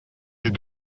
est